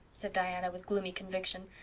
said diana, with gloomy conviction.